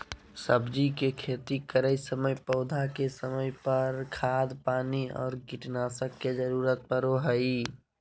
सब्जी के खेती करै समय पौधा के समय पर, खाद पानी और कीटनाशक के जरूरत परो हइ